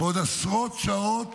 ועוד עשרות שעות